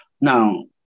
Now